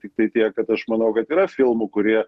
tiktai tiek kad aš manau kad yra filmų kurie